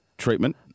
Treatment